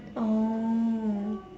oh